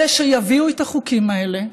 אלה שיביאו את החוקים האלה,